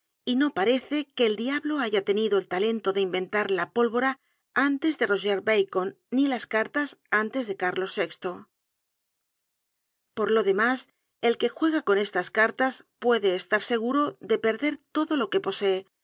y no parece que el diablo haya tenido el talento de inventar la pólvora antes de roger bacon ni las cartas antes de carlos vi por lo demás el que juega con estas cartas puede estar seguro de perder todo lo que posee